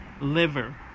liver